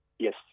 Yes